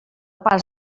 pas